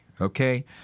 Okay